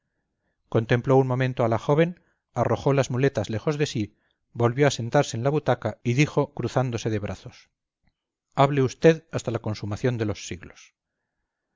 contempló un momento a la joven arrojó las muletas lejos de sí volvió a sentarse en la butaca y dijo cruzándose de brazos hable usted hasta la consumación de los siglos